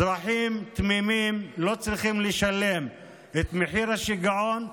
אזרחים תמימים לא צריכים לשלם את מחיר השיגעון,